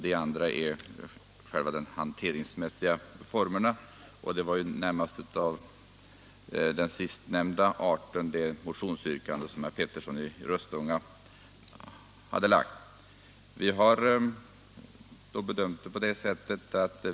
Den andra gäller själva de hanteringsmässiga formerna, och det är närmast ett förslag av sistnämnda art som herr Petersson i Röstånga har framställt.